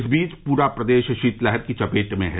इस बीच पूरा प्रदेश शीतलहर की चपेट में है